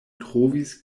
trovis